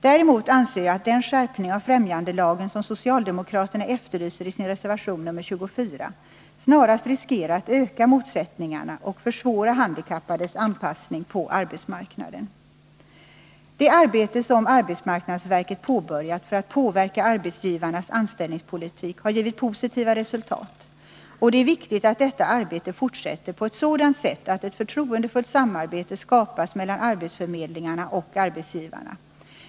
Däremot anser jag att den skärpning av främjandelagen som socialdemokraterna efterlyser i sin reservation nr 24 snarast riskerar att öka motsättningarna och försvåra handikappades anpassning på arbetsmarknaden. Det arbete som arbetsmarknadsverket påbörjat för att påverka arbetsgivarnas anställningspolitik har givit positiva resultat, och det är viktigt att detta arbete fortsätter på ett sådant sätt att ett förtroendefullt samarbete skapas mellan arbetsförmedlingarna och arbetsgivarna.